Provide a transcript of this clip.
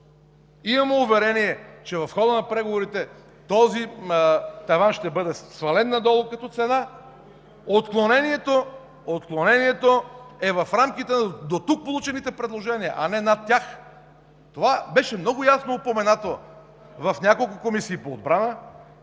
Имаме уверение, че в хода на преговорите този таван ще бъде свален надолу като цена, отклонението е в рамките на дотук получените предложения, а не над тях. Това беше много ясно упоменато в няколко комисии по отбрана,